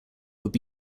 would